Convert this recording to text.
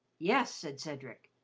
yes, said cedric,